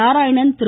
Narayanan Thiru